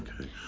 Okay